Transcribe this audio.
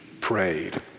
prayed